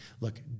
look